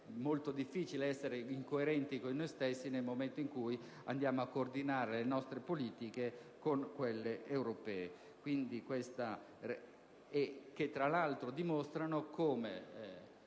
molto difficile essere incoerenti con noi stessi, nel momento in cui coordiniamo le nostre politiche con quelle europee.